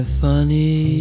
funny